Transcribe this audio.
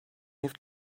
have